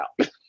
out